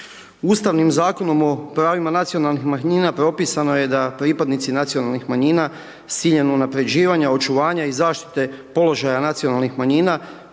Ustavnim zakonom o pravima nacionalnih manjina propisano je da pripadnici nacionalnih manjina s ciljem unapređivanja, očuvanja i zaštite položaja nacionalnih manjina,